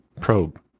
probe